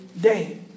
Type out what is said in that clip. day